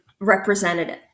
Representative